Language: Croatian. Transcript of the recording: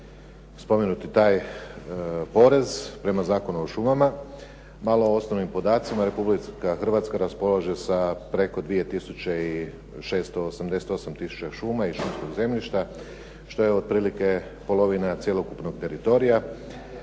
spomenuti taj porez prema Zakonu o šumama, malo o osnovnim podacima Republika Hrvatska raspolaže sa preko 2 tisuće i 688 tisuća šuma i šumskog zemljišta, što je otprilike polovina cjelokupnog teritorija.